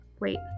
Wait